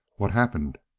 what happened?